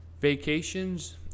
vacations